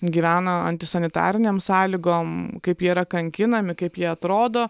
gyvena antisanitarinėm sąlygom kaip jie yra kankinami kaip jie atrodo